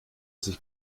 sich